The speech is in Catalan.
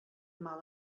mal